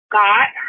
got